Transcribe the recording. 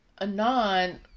Anon